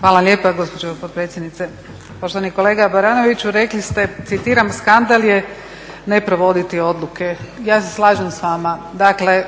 Hvala lijepa gospođo potpredsjednice. Poštovani kolega Baranoviću, rekli ste "Skandal je ne provoditi odluke" ja se slažem s vama. Dakle,